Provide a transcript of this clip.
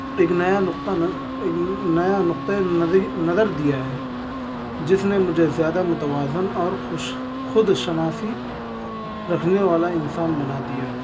ایک نیا نقطہ نیا نقطۂ ںظر دیا ہے جس نے مجھے زیادہ متوازن اور خوش خود شناسی رکھنے والا انسان بنا دیا